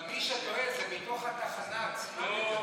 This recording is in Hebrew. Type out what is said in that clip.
אבל מי שטוען זה מתוך התחנה עצמה.